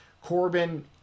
Corbin